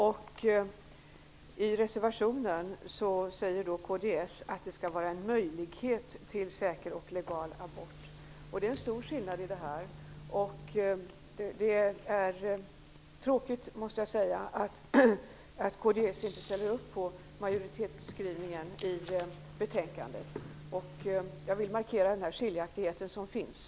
I sin reservation säger kds att det skall finnas en ''möjlighet'' till säker och legal abort. Det är en stor skillnad. Det är tråkigt att kds inte ställer sig bakom majoritetsskrivningen i betänkandet. Jag vill markera den skiljaktighet som föreligger.